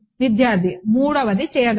విద్యార్థి మూడవది చేయగలదు